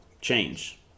change